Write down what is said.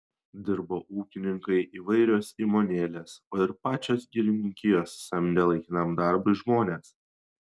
dirbo ūkininkai įvairios įmonėlės o ir pačios girininkijos samdė laikinam darbui žmones